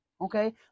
okay